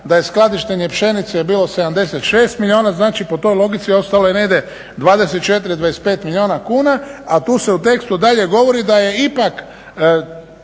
da je skladištenja pšenice bilo 76 milijuna znači po toj logici ostalo je negdje 24, 25 milijuna kuna, a tu se u tekstu dalje govori da je ipak